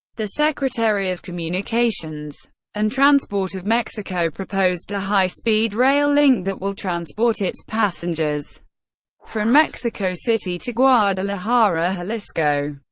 the secretary of communications and transport of mexico proposed a high-speed rail link that will transport its passengers from mexico mexico city to guadalajara, jalisco.